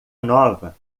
nova